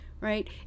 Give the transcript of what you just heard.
right